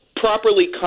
Properly